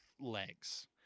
legs